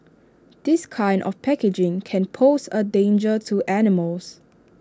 this kind of packaging can pose A danger to animals